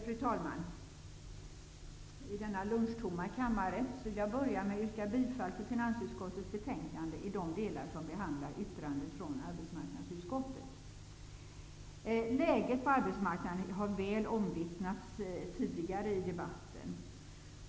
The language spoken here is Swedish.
Fru talman! I denna lunchtomma kammare vill jag börja med att yrka bifall till finansutskottets hemställan i de delar som behandlar yttrandet från arbetsmarknadsutskottet. Läget på arbetsmarknaden har väl omvittnats i den tidigare debatten.